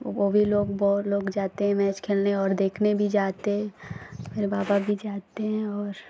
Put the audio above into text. वो भी लोग बहुत लोग जाते हैं मैच खेलने और देखने भी जाते हैं मेरे बाबा भी जाते हैं और